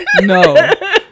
no